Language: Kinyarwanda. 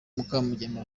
mukamugema